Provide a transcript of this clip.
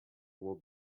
will